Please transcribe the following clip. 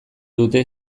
dute